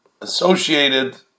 associated